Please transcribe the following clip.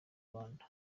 rwanda